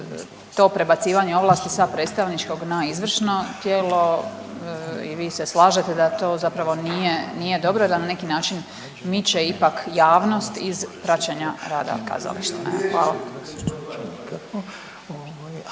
to prebacivanje ovlasti sa predstavničkog na izvršno tijelo i vi se slažete da to zapravo nije, nije dobro i da neki način miče ipak javnost iz praćenja rada kazališta. Hvala.